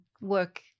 work